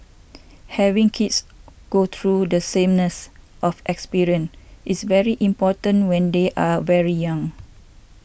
having kids go through the sameness of experience is very important when they are very young